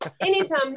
anytime